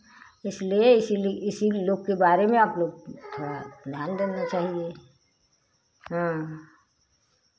इसलिए इसी इसी लोग के बारे में आप लोग थोड़ा ध्यान देना चाहिए हाँ